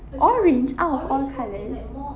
orange out of all colours